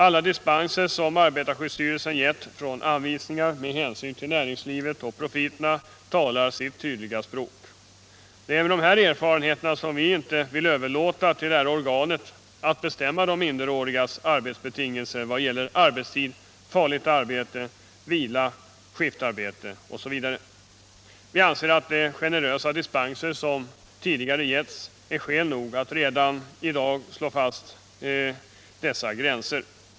Alla dispenser som arbetarskyddsstyrelsen gett från anvisningarna med hänsyn till näringslivet och profiterna talar sitt tydliga språk. Det är mot de erfarenheterna som vi inte vill överlåta till detta organ att bestämma de minderårigas arbetsbetingelser i vad gäller arbetstid, farligt arbete, skiftarbete osv. Vi anser att redan de generösa dispenser 97 som tidigare getts är skäl nog för att i lagen slå fast dessa gränser.